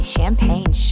Champagne